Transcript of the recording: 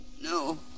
No